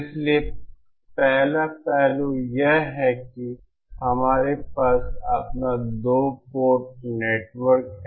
इसलिए पहला पहलू यह है कि हमारे पास अपना दो पोर्ट नेटवर्क है